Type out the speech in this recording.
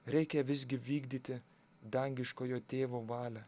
reikia visgi vykdyti dangiškojo tėvo valią